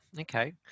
okay